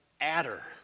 adder